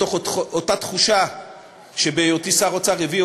מתוך אותה תחושה שבהיותי שר אוצר הביאה